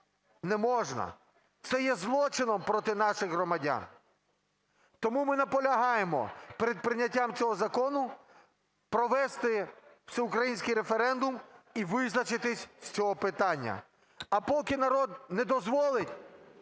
неможна. Це є злочином проти наших громадян. Тому ми наполягаємо перед прийняттям цього закону провести Всеукраїнський референдум і визначитись з цього питання. А поки народ не дозволить,